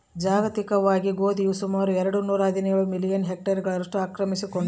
ಜಾಗತಿಕವಾಗಿ ಗೋಧಿಯು ಸುಮಾರು ಎರೆಡು ನೂರಾಹದಿನೇಳು ಮಿಲಿಯನ್ ಹೆಕ್ಟೇರ್ಗಳನ್ನು ಆಕ್ರಮಿಸಿಕೊಂಡಾದ